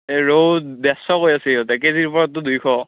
এই ৰৌত ডেৰচ কৈ আছে সিহঁতে কেজিৰ ওপৰততো দুইশ